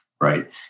right